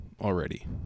already